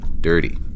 dirty